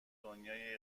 دنیای